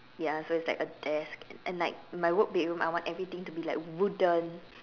ya so it's like a desk and like my work bedroom I want everything to be like wooden